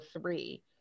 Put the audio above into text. three